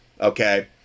okay